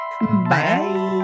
bye